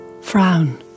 frown